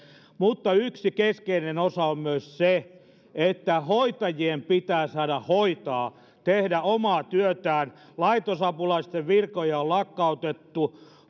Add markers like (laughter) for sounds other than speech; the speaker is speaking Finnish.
mutta yksi keskeinen osa on myös se että hoitajien pitää saada hoitaa tehdä omaa työtään laitosapulaisten virkoja on lakkautettu (unintelligible)